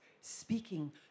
speaking